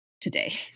today